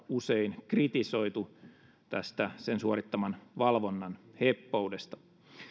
usein kritisoitu tästä sen suorittaman valvonnan heppoudesta